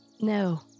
no